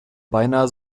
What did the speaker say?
beinahe